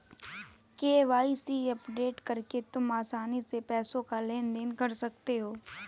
KYC update करके तुम आसानी से पैसों का लेन देन कर सकते हो